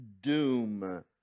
doom